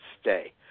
stay